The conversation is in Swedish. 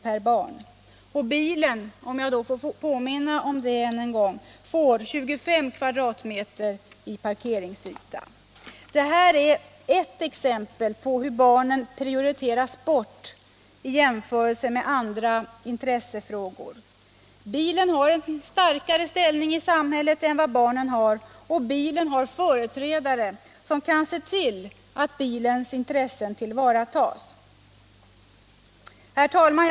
per barn, medan bilen, om jag får påminna om den, får 25 m? i parkeringsyta. Det här är ett exempel på hur barnen ”Pprioriteras bort” i förhållande till andra intressefrågor. Bilen har en starkare ställning i samhället än vad barnen har, och bilen har företrädare som kan se till att dess intressen tillvaratas. Herr talman!